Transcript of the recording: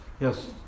Yes